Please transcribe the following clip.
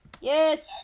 Yes